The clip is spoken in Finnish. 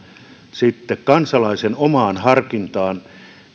sitten kansalaisen omaan harkintaan